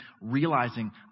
realizing